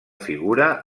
figura